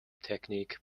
technique